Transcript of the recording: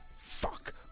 Fuck